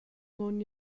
mon